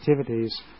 activities